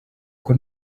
uko